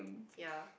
ya